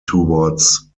towards